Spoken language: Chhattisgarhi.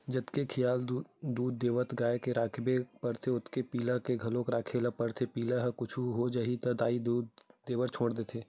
जतके खियाल दूद देवत गाय के राखे बर परथे ओतके पिला के घलोक राखे ल परथे पिला ल कुछु हो जाही त दाई ह दूद देबर छोड़ा देथे